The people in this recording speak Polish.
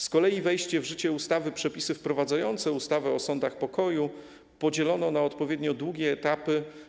Z kolei wejście w życie ustawy - Przepisy wprowadzające ustawę o sądach pokoju podzielono na odpowiednio długie etapy.